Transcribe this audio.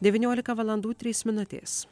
devyniolika valandų trys minutės